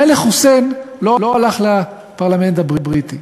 המלך חוסיין לא הלך לפרלמנט הבריטי.